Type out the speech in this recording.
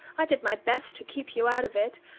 i did my best to keep you out of it.